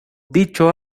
dicho